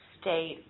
state